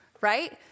right